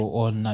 on